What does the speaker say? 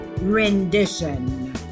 rendition